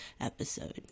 episode